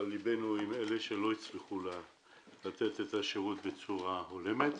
ליבנו עם אלה שלא הצליחו לתת את השירות בצורה הולמת.